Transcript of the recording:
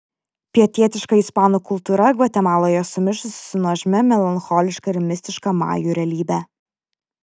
pietietiška ispanų kultūra gvatemaloje sumišusi su nuožmia melancholiška ir mistiška majų realybe